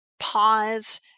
pause